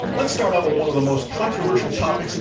let's start out with one of the most controversial topic, and